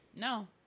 No